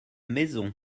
maison